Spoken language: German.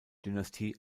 dynastie